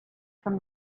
from